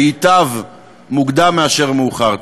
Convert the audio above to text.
וייטב מוקדם מאשר מאוחר.